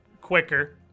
quicker